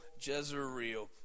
Jezreel